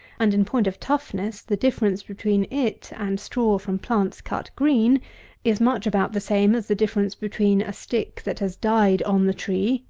and, in point of toughness, the difference between it and straw from plants cut green is much about the same as the difference between a stick that has died on the tree,